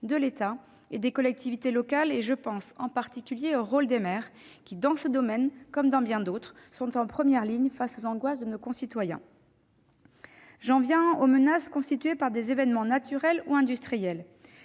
de l'État et des collectivités territoriales. Je pense en particulier au rôle des maires, qui, dans ce domaine comme dans bien d'autres, sont en première ligne face aux angoisses de nos concitoyens. J'en viens aux menaces constituées par des événements naturels ou industriels,